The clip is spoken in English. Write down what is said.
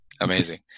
Amazing